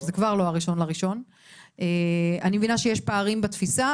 אני מבינה שיש פערים בתפיסה,